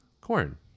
corn